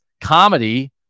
comedy